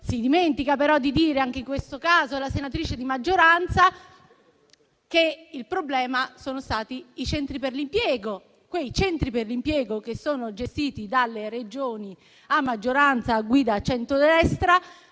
Si dimentica però di dire anche in questo caso la senatrice di maggioranza che il problema sono stati i centri per l'impiego, quei centri per l'impiego gestiti dalle Regioni a guida centrodestra.